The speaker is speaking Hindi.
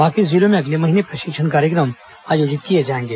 बाकी जिलों में अगले महीने प्रशिक्षण कार्यक्रम आयोजित किए जाएंगे